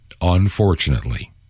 unfortunately